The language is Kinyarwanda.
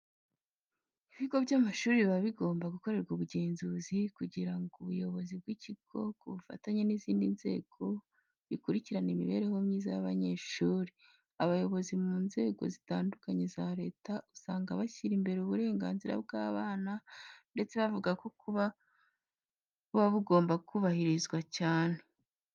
Ibigo by'amashuri biba bigomba gukorerwa ubugenzuzi kugira ngo ubuyobozi bw'ikigo ku bufatanye n'izindi nzego bakurikirane imibereho myiza y'abanyeshuri. Abayobozi mu nzego zitandukanye za leta usanga bashyira imbere uburenganzira bw'abana ndetse bavuga ko buba bugomba kubahirizwa cyane.